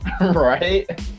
Right